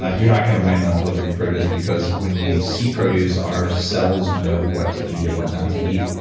ah you're not going to win on delivering produce because when we see produce, our cells know what to eat and what not to eat.